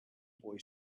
boy